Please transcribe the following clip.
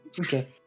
Okay